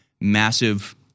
massive